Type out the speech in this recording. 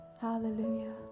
Hallelujah